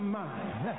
mind